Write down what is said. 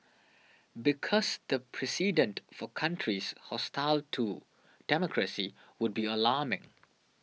because the precedent for countries hostile to democracy would be alarming